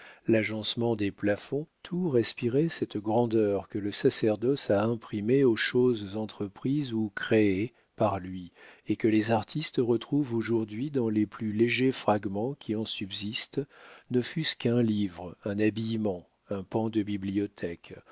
l'agencement des plafonds tout respirait cette grandeur que le sacerdoce a imprimée aux choses entreprises ou créées par lui et que les artistes retrouvent aujourd'hui dans les plus légers fragments qui en subsistent ne fût-ce qu'un livre un habillement un pan de bibliothèque